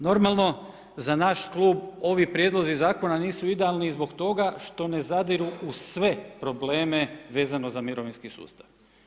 Normalno, za naš klub ovi prijedlozi zakona nisu idealni i zbog toga što ne zadiru u sve probleme vezano za mirovinskih sustav.